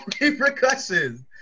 repercussions